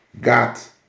got